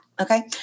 Okay